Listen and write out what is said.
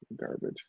garbage